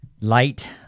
light